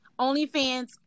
OnlyFans